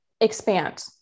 expand